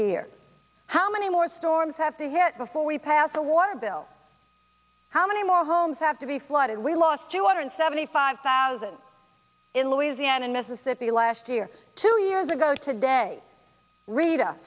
here how many more storms have to hit before we pass a water bill how many more homes have to be flooded we lost two hundred seventy five thousand in louisiana mississippi last year two years ago today rita